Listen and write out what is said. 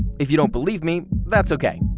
if you don't believe me, that's okay,